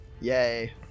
Yay